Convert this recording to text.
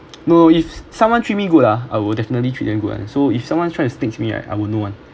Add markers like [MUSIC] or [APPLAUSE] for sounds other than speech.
[NOISE] no if someone treat me good ah I will definitely treat them good ah so if someone try to sticks me right I will know [one]